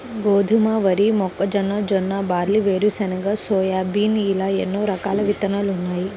గోధుమ, వరి, మొక్కజొన్న, జొన్న, బార్లీ, వేరుశెనగ, సోయాబీన్ ఇలా ఎన్నో రకాల విత్తనాలున్నాయి